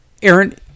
Aaron